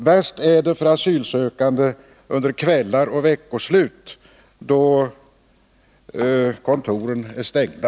Värst är det för asylsökande under kvällar och veckoslut då kontoren är stängda.